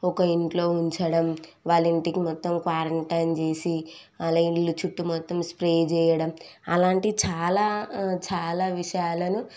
ఒక ఇంట్లో ఉంచడం వాళ్ళ ఇంటికి మొత్తం క్వారంటైన్ చేసి వాళ్ళ ఇల్లు చుట్టు మొత్తం స్ప్రే చేయడం అలాంటివి చాలా చాలా విషయాలను